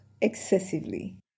excessively